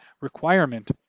requirement